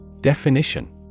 Definition